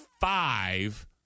five